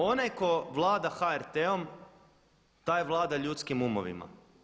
Onaj tko vlada HRT-om taj vlada ljudskim umovima.